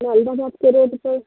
के पर